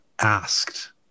asked